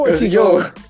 Yo